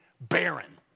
barren